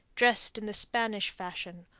dressed in the spanish fashion,